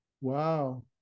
wow